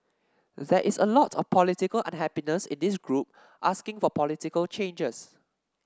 there is a lot of political unhappiness in this group asking for political changes